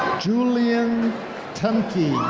julian tempkey.